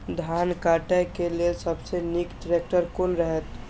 धान काटय के लेल सबसे नीक ट्रैक्टर कोन रहैत?